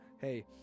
hey